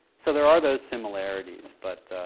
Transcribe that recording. so there are those similarities, but